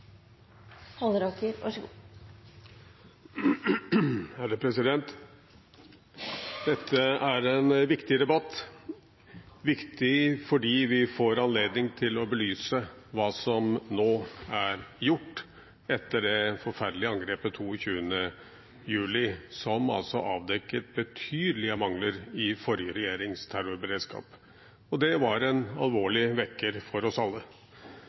en viktig debatt, viktig fordi vi får anledning til å belyse hva som nå er gjort etter det forferdelige angrepet 22. juli, som altså avdekket betydelige mangler i forrige regjerings terrorberedskap, og det var en alvorlig vekker for oss alle.